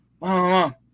Mom